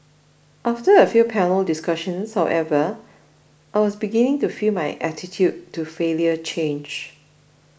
after a few panel discussions however I was beginning to feel my attitude to failure change